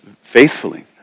faithfully